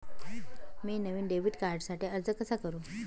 मी नवीन डेबिट कार्डसाठी अर्ज कसा करु?